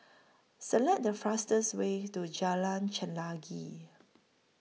Select The fastest Way to Jalan Chelagi